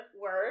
word